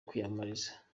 kwiyamamariza